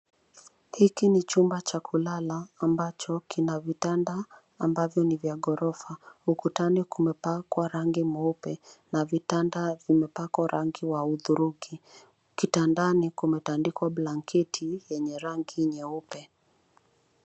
Hiki ni chumba cha kulala ambacho kina vitanda ambavyo ni vya ghorofa. Ukutani kumepakwa rangi mweupe na vitanda vimepangwa rangi wa hudhurungi. Kitandani kumetandikwa blanketi yenye rangi nyeupe.